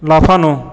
লাফানো